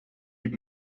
keep